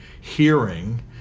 hearing